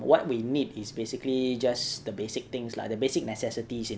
what we need is basically just the basic things like the basic necessities in